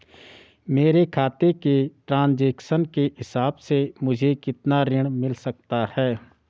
मेरे खाते के ट्रान्ज़ैक्शन के हिसाब से मुझे कितना ऋण मिल सकता है?